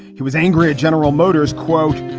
he was angry at general motors quote.